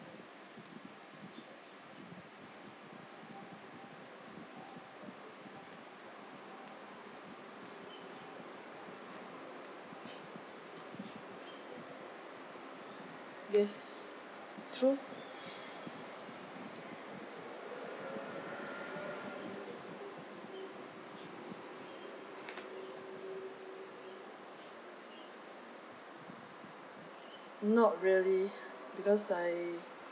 yes true not really because I